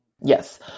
Yes